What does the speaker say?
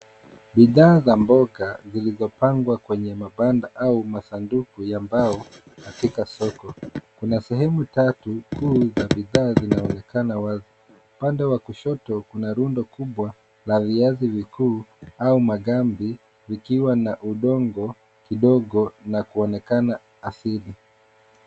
Bidhaa za mboga zilizopangwa kwenye mabanda au masanduku ya mbao katika soko. Kuna sehemu tatu kuu na bidhaa zinaonekana wazi. Upande wa kushoto kuna rundo kubwa la viazi vikuu au magabi ikiwa na udongo kidogo na kunaonekana asili.